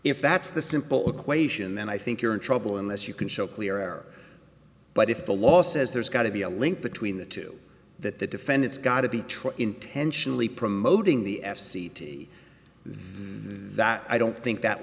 if that's the simple equation then i think you're in trouble unless you can show clear air but if the law says there's got to be a link between the two that the defendant's got to be tried intentionally promoting the f c t the that i don't think that